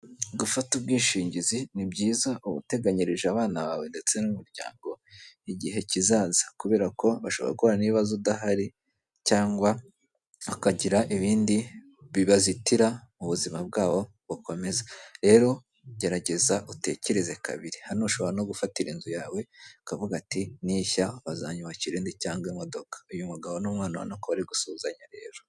Gufata ubwishingizi ni byiza uba uteganyirije abana bawe ndetse n'umuryango igihe kizaza, kubera ko bashobora guhura n'ibibazo udahari cyangwa hakagira ibindi bibazitira mu buzima bwabo bukomeza. Rero gerageza utekereze kabiri hano ushobora no gufatira inzu yawe ukavuga ati nishya bazanyubakira indi cyangwa imodoka .Uyu mugabo n'umwana urabona ko bari gusuhuzanya rero.